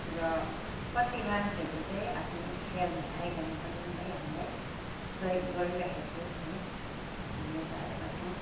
र कति मानिसहरूले चाहिँ आफ्नो इच्छाले आइकन पनि है हामीलाई सहयोग गरिराखेको है हामीले पाएका छौँ